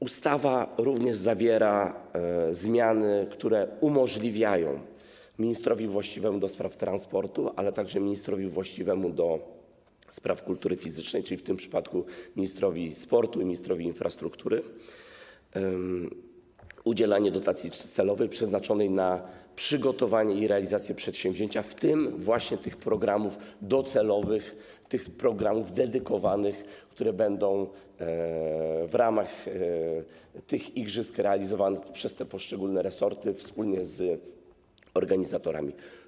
Ustawa również zawiera zmiany, które umożliwiają ministrowi właściwemu do spraw transportu, ale także ministrowi właściwemu do spraw kultury fizycznej, czyli w tym przypadku ministrowi sportu i ministrowi infrastruktury, udzielanie dotacji celowej przeznaczonej na przygotowanie i realizację przedsięwzięcia, w tym właśnie programów docelowych, programów dedykowanych, które będą w ramach igrzysk realizowane przez poszczególne resorty, wspólnie z organizatorami.